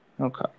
Okay